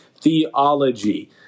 theology